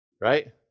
right